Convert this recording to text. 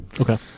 Okay